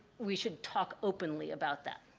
we should talk openly about that.